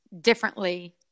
differently